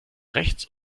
rechts